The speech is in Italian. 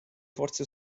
forze